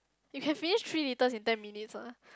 you can finish three litres in ten minutes ah